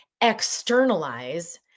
externalize